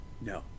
No